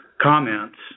comments